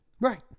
Right